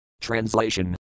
Translation